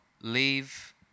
leave